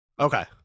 Okay